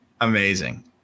Amazing